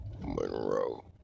Monroe